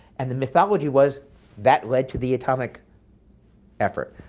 and the mythology was that led to the atomic effort.